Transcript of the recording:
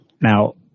now